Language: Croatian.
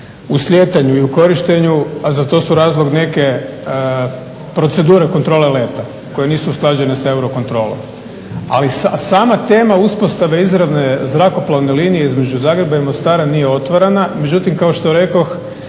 u slijetanju i u korištenju, a za to su razlog neke procedure kontrole leta koje nisu usklađene sa Eurocontrolom. Ali sama tema uspostave izravne zrakoplovne linije između Zagreba i Mostara nije otvorena. Međutim, kao što rekoh,